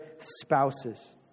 spouses